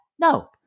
No